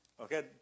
Okay